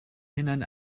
hunain